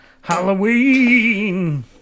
Halloween